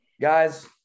guys